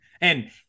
And-